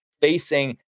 facing